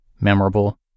memorable